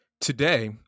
Today